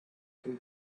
can